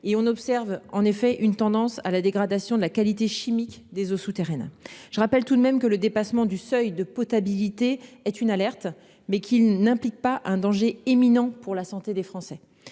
et on observe en effet une tendance à la dégradation de la qualité chimique des eaux souterraines. Je rappelle tout de même que le dépassement du seuil de potabilité est une alerte, mais qui n'implique pas un danger éminent pour la santé des Français.